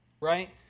right